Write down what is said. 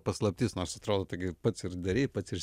paslaptis nors atrodo taigi pats ir darei pats ir